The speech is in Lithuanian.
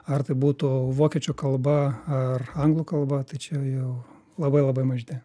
ar tai būtų vokiečių kalba ar anglų kalba tai čia jau labai labai mažytė